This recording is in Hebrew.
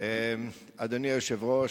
אדוני היושב-ראש,